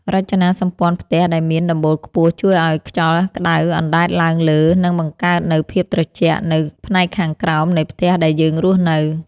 រចនាសម្ព័ន្ធផ្ទះដែលមានដំបូលខ្ពស់ជួយឱ្យខ្យល់ក្តៅអណ្ដែតឡើងលើនិងបង្កើតនូវភាពត្រជាក់នៅផ្នែកខាងក្រោមនៃផ្ទះដែលយើងរស់នៅ។